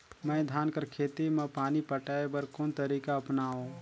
मैं धान कर खेती म पानी पटाय बर कोन तरीका अपनावो?